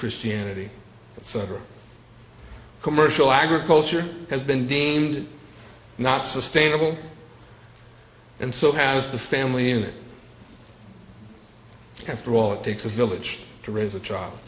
christianity so commercial agriculture has been deemed not sustainable and so has the family and after all it takes a village to raise a child